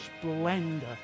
splendor